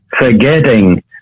forgetting